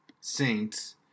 Saints